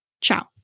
Ciao